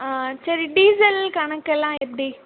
ஆ சரி டீசல் கணக்கு எல்லாம் எப்படி